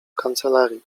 kancelarii